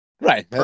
Right